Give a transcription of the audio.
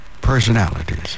personalities